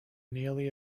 nearly